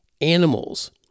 animals